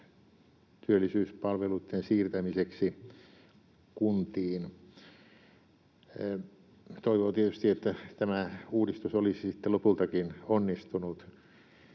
työllisyyspalveluitten siirtämiseksi kuntiin. Toivon tietysti, että tämä uudistus olisi sitten lopultakin onnistunut.